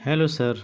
hello sir